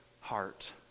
heart